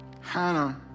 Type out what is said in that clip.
Hannah